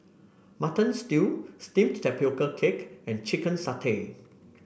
Mutton Stew steamed Tapioca Cake and Chicken Satay